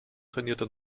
trainierte